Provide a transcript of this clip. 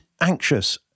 anxious